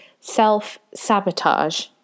self-sabotage